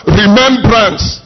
remembrance